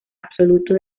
absoluto